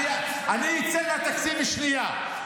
אני אצא מהתקציב לשנייה.